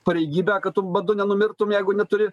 pareigybę kad tu badu nenumirtum jeigu neturi